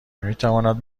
میتواند